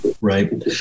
right